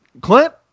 Clint